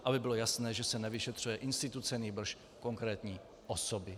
Aby bylo jasné, že se nevyšetřuje instituce, nýbrž konkrétní osoby.